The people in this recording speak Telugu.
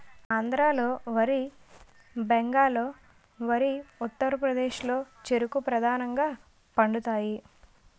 ఆంధ్రాలో వరి బెంగాల్లో వరి ఉత్తరప్రదేశ్లో చెరుకు ప్రధానంగా పండుతాయి